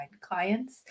clients